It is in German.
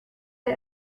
der